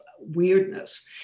weirdness